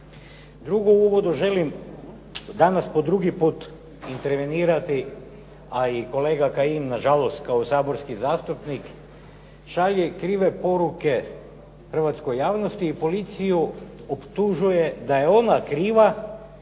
Drugo, u uvodu želim danas po drugi put intervenirati, a i kolega Kajin nažalost kao saborski zastupnik šalje krive poruke hrvatskoj javnosti i policiju optužuje da je ona kriva